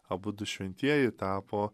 abudu šventieji tapo